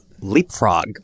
leapfrog